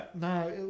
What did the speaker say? no